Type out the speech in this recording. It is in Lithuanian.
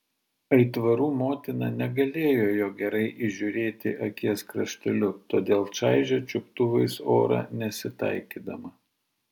aitvarų motina negalėjo jo gerai įžiūrėti akies krašteliu todėl čaižė čiuptuvais orą nesitaikydama